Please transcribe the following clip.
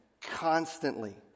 constantly